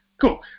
Cool